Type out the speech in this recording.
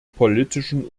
politischen